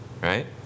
right